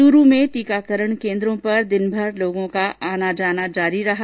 चूरू में टीकाकरण केन्द्रों पर दिनभर लोगों का आना जारी रहा